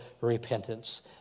repentance